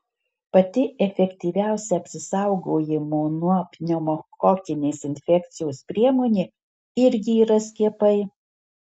pati efektyviausia apsisaugojimo nuo pneumokokinės infekcijos priemonė irgi yra skiepai